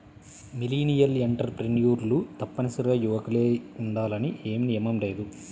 millennial ఎంటర్ప్రెన్యూర్లు తప్పనిసరిగా యువకులే ఉండాలని ఏమీ నియమం లేదు